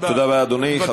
תודה רבה, אדוני.